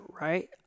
right